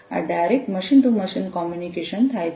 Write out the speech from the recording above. આ direct machine to machine communication થાય છે